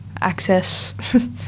access